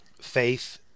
faith